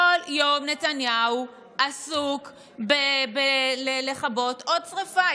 כל יום נתניהו עסוק בלכבות עוד שרפה,